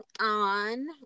on